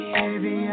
baby